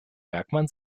bergmann